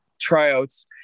tryouts